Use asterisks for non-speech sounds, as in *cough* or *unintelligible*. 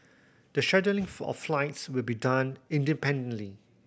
the scheduling *unintelligible* of flights will be done independently